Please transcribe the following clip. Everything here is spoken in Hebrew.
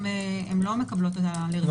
הן לא מקבלות הודעה לרשום את זה.